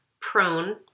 prone